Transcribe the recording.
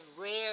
rare